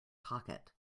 pocket